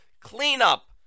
cleanup